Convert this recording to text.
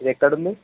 ఇది ఎక్కడుంది